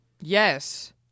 Yes